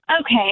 Okay